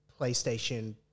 playstation